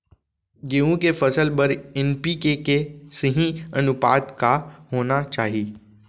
गेहूँ के फसल बर एन.पी.के के सही अनुपात का होना चाही?